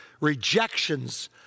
rejections